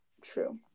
True